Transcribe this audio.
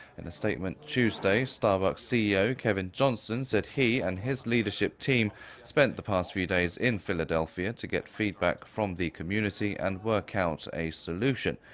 in a statement tuesday, starbucks ceo kevin johnson said he and his leadership team spent the past few days in philadelphia to get feedback from the community and work out a solution.